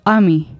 Army